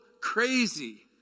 crazy